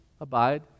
Abide